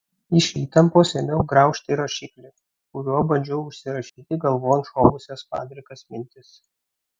iš įtampos ėmiau graužti rašiklį kuriuo bandžiau užsirašyti galvon šovusias padrikas mintis